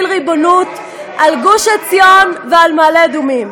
ריבונות על גוש-עציון ועל מעלה-אדומים.